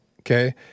okay